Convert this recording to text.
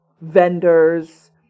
vendors